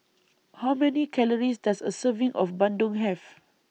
How Many Calories Does A Serving of Bandung Have